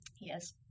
Yes